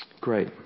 Great